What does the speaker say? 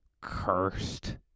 cursed